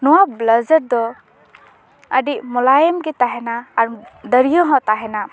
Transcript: ᱱᱚᱣᱟ ᱵᱮᱞᱟᱡᱟᱨ ᱫᱚ ᱟᱹᱰᱤ ᱢᱚᱞᱟᱭᱚᱱ ᱜᱮ ᱛᱟᱦᱮᱱᱟ ᱟᱨ ᱫᱟᱹᱨᱭᱟᱹ ᱦᱚᱸ ᱛᱟᱦᱮᱱᱟ